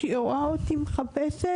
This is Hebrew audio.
שהיא רואה אותי מחפשת,